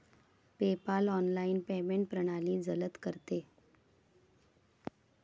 PayPal online payment प्रणाली जलद करते